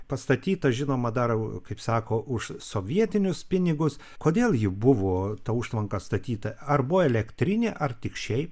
pastatyta žinoma dar kaip sako už sovietinius pinigus kodėl ji buvo ta užtvanka statyta ar buvo elektrinė ar tik šiaip